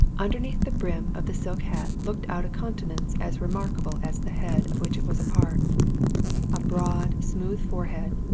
underneath the brim of the silk hat looked out a countenance as remarkable as the head of which it was a part. a broad, smooth forehead,